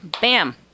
bam